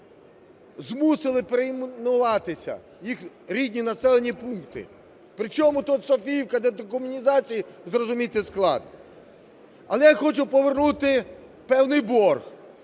змусили перейменуватися, їх рідні населені пункти. Причому тут Софіївка до декомунізації – зрозуміти складно. Але я хочу повернути певний борг.